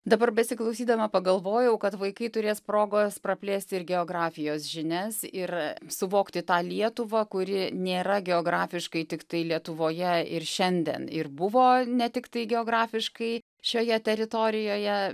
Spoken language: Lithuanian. dabar besiklausydama pagalvojau kad vaikai turės progos praplėsti ir geografijos žinias ir suvokti tą lietuvą kuri nėra geografiškai tiktai lietuvoje ir šiandien ir buvo ne tiktai geografiškai šioje teritorijoje